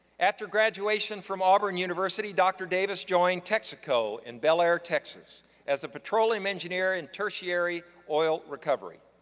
after graduation from auburn university, dr. davis joined texaco in bellaire, texas as the petroleum engineer and tertiary oil recovery.